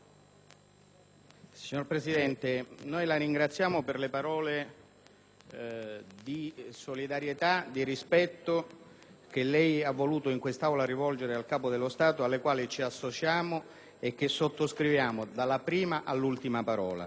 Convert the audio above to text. Signor Presidente, noi la ringraziamo per le parole di solidarietà e di rispetto che lei ha voluto in quest'Aula rivolgere al Capo dello Stato, alle quali ci associamo e che sottoscriviamo dalla prima all'ultima.